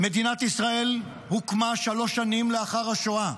מדינת ישראל הוקמה שלוש שנים לאחר השואה,